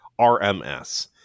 RMS